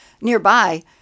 nearby